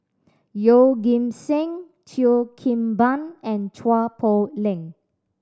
Yeoh Ghim Seng Cheo Kim Ban and Chua Poh Leng